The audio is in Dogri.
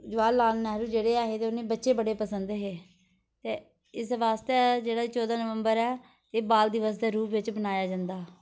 जवाहरलाल नेहरू जेह्ड़े ऐ है ते उ'नें बच्चे बड़े पंसद हे ते इसदे बास्तै जेह्ड़ा चौदां नवंबर ऐ एह् बाल दिवस दे रूप बिच्च बनाया जंदा